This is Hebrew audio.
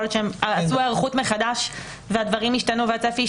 יכול להיות שהם עשו היערכות מחדש והצפי והדברים השתנו.